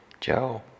Joe